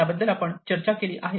त्याबद्दल आपण चर्चा केली आहे